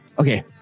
okay